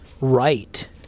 right